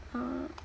uh